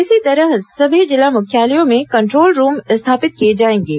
इसी तरह सभी जिला मुख्यालयों में कण्ट्रोल रूम स्थापित किए जाएंगे